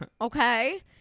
Okay